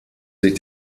sich